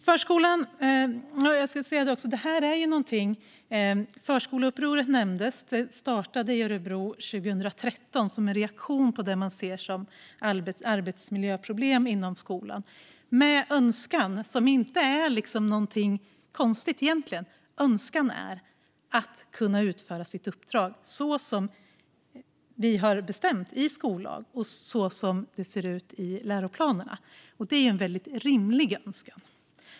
Förskoleupproret nämndes. Det startade i Örebro 2013 som en reaktion på det man ser som arbetsmiljöproblem inom skolan. Önskan är egentligen inte något konstigt. Önskan är att kunna utföra sitt uppdrag så som vi har bestämt i skollag och som det ser ut i läroplanerna. Det är en väldigt rimlig önskan.